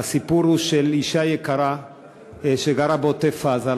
הסיפור הוא של אישה יקרה שגרה בעוטף-עזה.